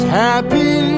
happy